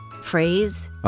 phrase